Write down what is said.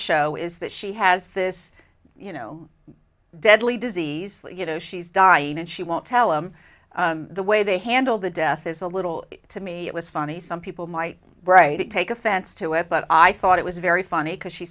show is that she has this you know deadly disease you know she's dying and she won't tell him the way they handled the death is a little to me it was funny some people might take offense to it but i thought it was very funny because she